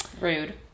Rude